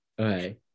Okay